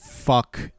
fuck